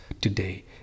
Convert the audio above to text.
today